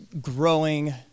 growing